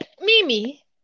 Mimi